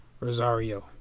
Rosario